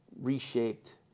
reshaped